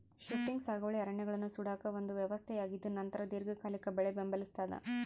shifting ಸಾಗುವಳಿ ಅರಣ್ಯಗಳನ್ನು ಸುಡುವ ಒಂದು ವ್ಯವಸ್ಥೆಯಾಗಿದ್ದುನಂತರ ದೀರ್ಘಕಾಲಿಕ ಬೆಳೆ ಬೆಂಬಲಿಸ್ತಾದ